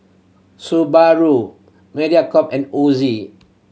Subaru Mediacorp and Ozi